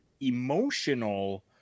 emotional